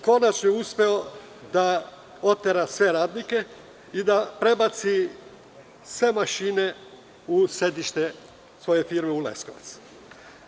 Konačno je uspeo da otera sve radnike i da prebaci sve mašine u sedište svoje firme u Leskovcu.